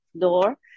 door